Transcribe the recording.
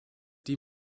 die